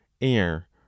air